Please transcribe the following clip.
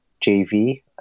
JV